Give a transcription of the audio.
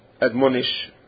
admonish